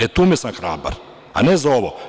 E, tu sam hrabar, a ne za ovo.